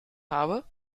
habe